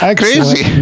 crazy